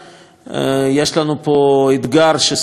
יש לנו פה אתגר ששמנו לעצמנו,